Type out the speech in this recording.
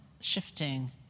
shifting